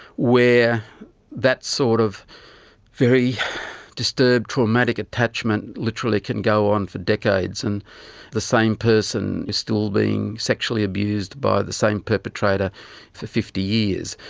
where that sort of very disturbed, traumatic attachment literally can go on for decades, and the same person is still being sexually abused by the same perpetrator for fifty years.